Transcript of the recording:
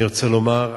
אני רוצה לומר,